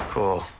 Cool